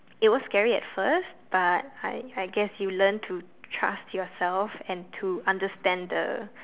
it was scary at first but I I guess you learn to trust yourself and to understand the